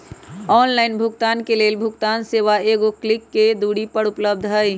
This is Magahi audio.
ऑनलाइन भुगतान के लेल भुगतान सेवा एगो क्लिक के दूरी पर उपलब्ध हइ